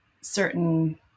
certain